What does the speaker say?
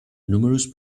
numerous